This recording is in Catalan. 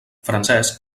francesc